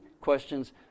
questions